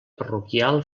parroquial